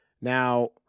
Now